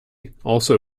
also